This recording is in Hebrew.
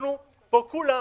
אנחנו פה, כולם,